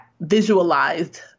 visualized